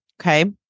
okay